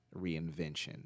reinvention